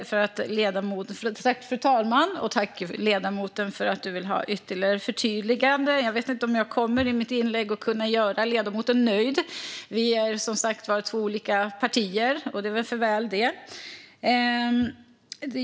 Fru talman! Tack, ledamoten, för att du vill ha ytterligare förtydliganden! Jag vet inte om jag kommer att kunna göra ledamoten nöjd med mitt inlägg. Vi är som sagt två olika partier, och det är väl för väl!